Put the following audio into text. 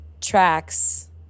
tracks